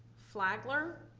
flagler,